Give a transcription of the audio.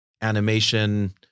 animation